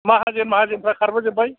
माहाजोन माहाजोनफोरा खारबोजोबबाय